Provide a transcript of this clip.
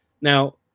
Now